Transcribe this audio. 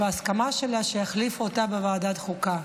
בהסכמה שלה, שיחליפו אותה בוועדת החוקה,